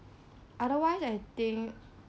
otherwise I think